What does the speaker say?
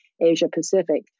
Asia-Pacific